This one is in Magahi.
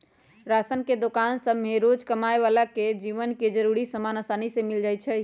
राशन के दोकान सभसे रोजकाम आबय बला के जीवन के जरूरी समान असानी से मिल जाइ छइ